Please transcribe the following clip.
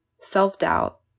self-doubt